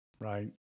right